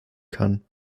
kann